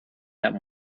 that